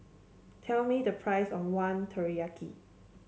tell me the price of one Teriyaki